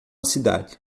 cidade